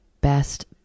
best